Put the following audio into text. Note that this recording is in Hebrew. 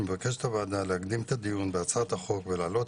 מבקשת הוועדה להקדים את הדיון בהצעת החוק ולהעלות